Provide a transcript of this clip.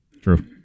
True